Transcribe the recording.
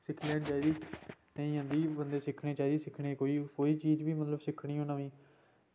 सिक्खनी चाहिदी बंदे ई सिक्खनी चाहिदी सिक्खनै ई कोई बी चीज़ मतलब सिक्खनी होऐ